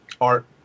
art